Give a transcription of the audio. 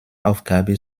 aufgabe